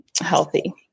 healthy